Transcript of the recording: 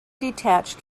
detached